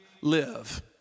live